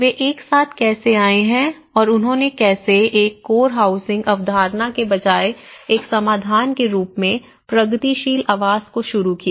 वे एक साथ कैसे आए हैं और उन्होंने कैसे एक कोर हाउसिंग अवधारणा के बजाय एक समाधान के रूप में प्रगतिशील आवास को शुरू किया